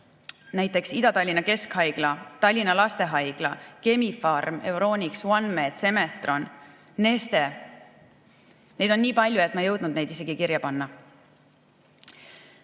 näiteks Ida-Tallinna Keskhaigla, Tallinna Lastehaigla, Chemi‑Pharm, Euronics, OneMed, Semetron, Neste – neid on nii palju, et ma ei jõudnud neid isegi kirja panna.